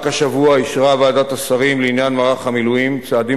רק השבוע אישרה ועדת השרים לעניין מערך המילואים צעדים